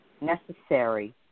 necessary